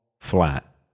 flat